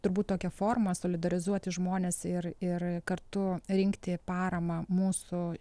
turbūt tokia forma solidarizuoti žmones ir ir kartu rinkti paramą mūsų